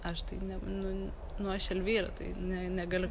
aš tai ne nu ne nu aš elvyra tai ne negaliu